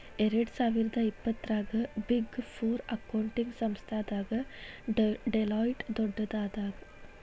ಎರ್ಡ್ಸಾವಿರ್ದಾ ಇಪ್ಪತ್ತರಾಗ big four accounting ಸಂಸ್ಥಾದಾಗ ಡೆಲಾಯ್ಟ್ ದೊಡ್ಡದಾಗದ